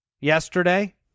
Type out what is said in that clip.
yesterday